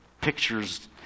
pictures